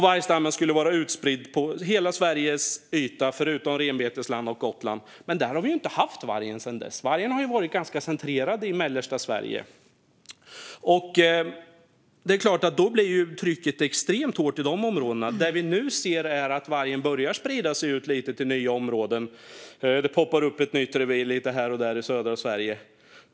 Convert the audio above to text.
Vargstammen skulle vara utspridd på hela Sveriges yta, förutom renbetesland och Gotland. Där har vi dock inte haft varg sedan dess. Vargen har ju varit ganska centrerad i mellersta Sverige, och då blir ju trycket extremt hårt i de områdena. Det vi nu ser är att vargen börjar sprida sig lite till nya områden; det poppar upp nya revir lite här och där i södra Sverige.